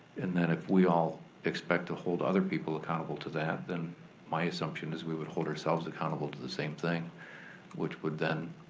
and then if we all expect to hold other people accountable to that, then my assumption is we would hold ourselves accountable to the same thing which would then,